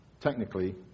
technically